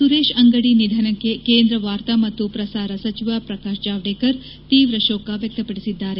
ಸುರೇಶ್ ಅಂಗಡಿ ನಿಧನಕ್ಕೆ ಕೇಂದ್ರ ವಾರ್ತಾ ಮತ್ತು ಪ್ರಸಾರ ಸಚಿವ ಪ್ರಕಾಶ್ ಜಾವಡೇಕರ್ ತೀವ್ರ ಶೋಕ ವ್ಯಕ್ತಪದಿಸಿದ್ದಾರೆ